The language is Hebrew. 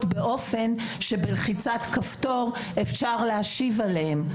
באופן שבלחיצת כפתור אפשר להשיב עליהם.